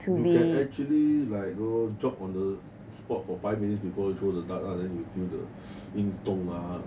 you can actually like know jog on the spot for five minutes before you throw the dart ah then you feel the 运动 ah